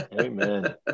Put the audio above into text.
Amen